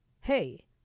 hey